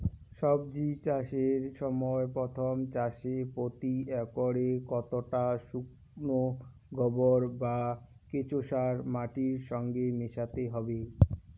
সবজি চাষের সময় প্রথম চাষে প্রতি একরে কতটা শুকনো গোবর বা কেঁচো সার মাটির সঙ্গে মেশাতে হবে?